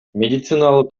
медициналык